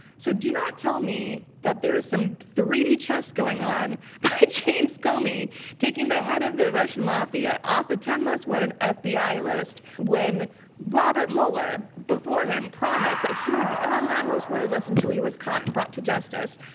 so, do not tell me that there is some three d chess going on by james comey taking the head of the russian mafia off the ten most wanted ah fbi list, when robert mueller, before him, promised that he would be on that most wanted list until he was caught and brought to justice.